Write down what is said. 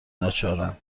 ناچارا